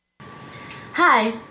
Hi